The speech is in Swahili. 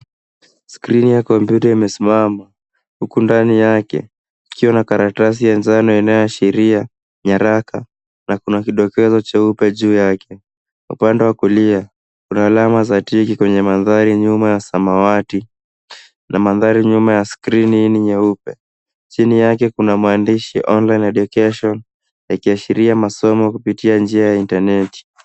Skrini ya kompyuta imesimama huku ndani yake kukiwa na karatasi ya njano inayoashiria nyaraka na kuna kidokezo cheupe juu yake. Upande wa kulia kuna alama za tick [c]s kwenye mandhari nyuma ya samawati na mandhari nyuma ya skrini ni nyeupe. Chini yake kuna maandishi online education yakiashiria masomo kupitia njia ya intaneti.